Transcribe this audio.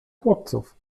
chłopców